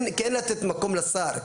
כן לתת מקום לשר,